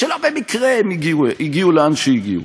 שלא במקרה הם הגיעו לאן שהגיעו,